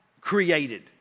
created